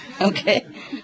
Okay